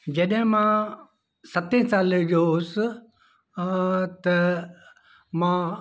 जॾहिं मां सते साले जो हुयुसि हां त मां